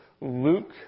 Luke